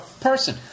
person